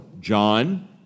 John